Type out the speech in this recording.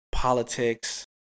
politics